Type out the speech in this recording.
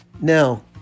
Now